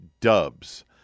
Dubs